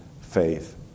faith